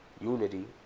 unity